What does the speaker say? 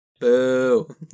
Boo